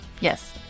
Yes